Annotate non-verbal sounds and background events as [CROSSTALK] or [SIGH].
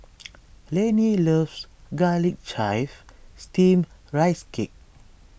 [NOISE] Laney loves Garlic Chives Steamed Rice Cake